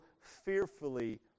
fearfully